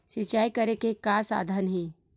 सिंचाई करे के का साधन हे?